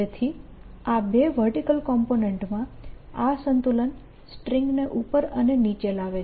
તેથી આ બે વર્ટીકલ કોમ્પોનેન્ટમાં આ સંતુલન સ્ટ્રીંગને ઉપર અને નીચે લાવે છે